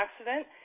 accident